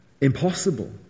impossible